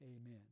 amen